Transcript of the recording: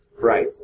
Right